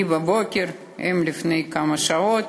אני בבוקר, הם לפני כמה שעות,